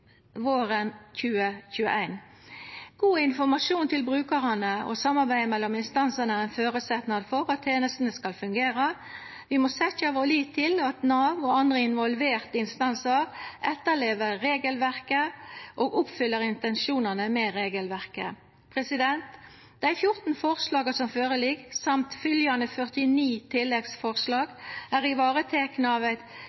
våren 2021. God informasjon til brukarane og samarbeid mellom instansane er ein føresetnad for at tenestene skal fungera. Vi må setja vår lit til at Nav og andre involverte instansar etterlever regelverket og oppfyller intensjonane med det. Dei 14 forslaga som føreligg – og dei 49